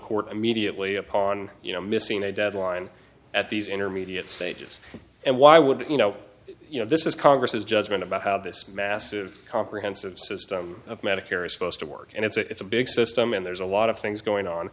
court immediately upon you know missing a deadline at these intermediate stages and why would you know you know this is congress judgment about how this massive comprehensive system of medicare is supposed to work and it's a big system and there's a lot of things going on